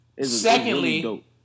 Secondly